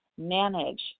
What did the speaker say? manage